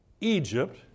Egypt